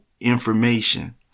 information